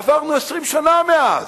עברנו 20 שנה מאז.